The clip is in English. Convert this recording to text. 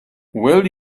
will